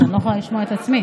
אז אני לא יכולה לשמוע את עצמי.